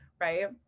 right